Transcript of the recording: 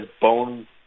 bone